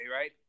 right